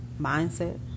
mindset